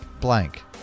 Blank